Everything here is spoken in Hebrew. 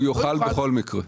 הוא יוכל בכל מקרה.